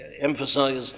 emphasize